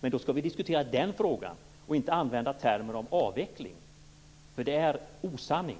Men då skall vi diskutera den frågan och inte använda sådana termer som avveckling. Det är osanning.